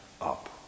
up